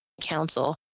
council